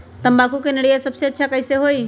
तम्बाकू के निरैया सबसे अच्छा कई से होई?